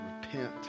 repent